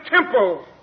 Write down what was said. temple